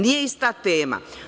Nije ista tema.